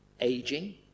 aging